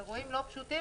אירועים לא פשוטים.